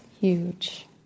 huge